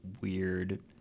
weird